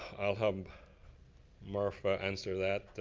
i'll have murph ah answer that.